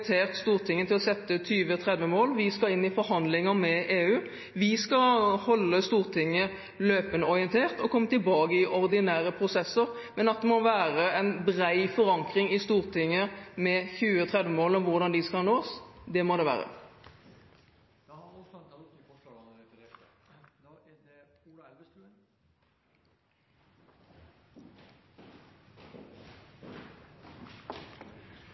invitert Stortinget til å sette 2030-mål. Vi skal inn i forhandlinger med EU. Vi skal holde Stortinget løpende orientert og komme tilbake i ordinære prosesser, men det må være en bred forankring i Stortinget med 2030-målene og hvordan de skal nås. Det må det være. Jeg vil først takke for innlegget og at statsråden er